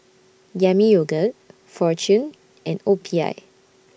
Yami Yogurt Fortune and O P I